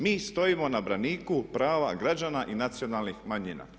Mi stojimo na braniku prava građana i nacionalnih manjina.